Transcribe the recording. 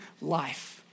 life